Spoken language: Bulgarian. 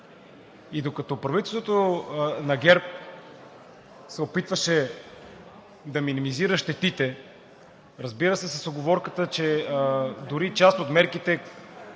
И докато правителството на ГЕРБ се опитваше да минимизира щетите, разбира се, с уговорката, че дори част от мерките